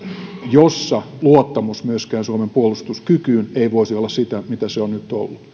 jossa luottamus myöskään suomen puolustuskykyyn ei voisi olla sitä mitä se on nyt ollut